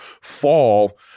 fall